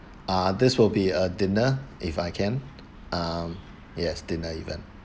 ah this will be a dinner if I can um yes dinner event